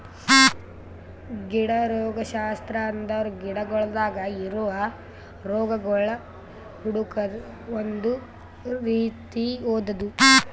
ಗಿಡ ರೋಗಶಾಸ್ತ್ರ ಅಂದುರ್ ಗಿಡಗೊಳ್ದಾಗ್ ಇರವು ರೋಗಗೊಳ್ ಹುಡುಕದ್ ಒಂದ್ ರೀತಿ ಓದದು